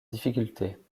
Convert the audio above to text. difficultés